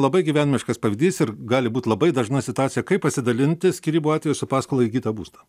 labai gyvenimiškas pavyzdys ir gali būt labai dažna situacija kaip pasidalinti skyrybų atveju su paskolai įgytą būstą